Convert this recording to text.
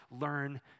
learn